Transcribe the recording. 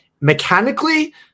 mechanically